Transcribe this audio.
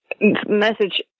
message